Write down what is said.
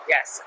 Yes